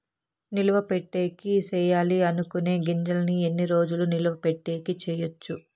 నిలువ పెట్టేకి సేయాలి అనుకునే గింజల్ని ఎన్ని రోజులు నిలువ పెట్టేకి చేయొచ్చు